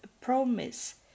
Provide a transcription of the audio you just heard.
promise